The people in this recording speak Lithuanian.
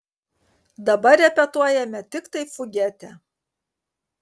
dabar repetuojame tiktai fugetę